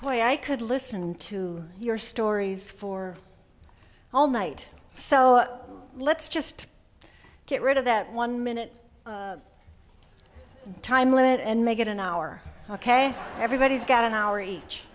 play i could listen to your stories for all night so let's just get rid of that one minute time limit and make it an hour ok everybody's got an hour each